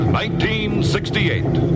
1968